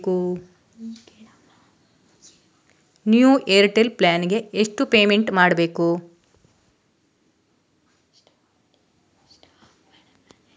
New Airtel plan ಗೆ ಎಷ್ಟು payment ಮಾಡ್ಬೇಕು?